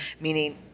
Meaning